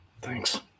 Thanks